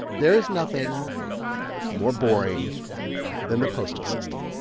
there is nothing more boring than the postal system.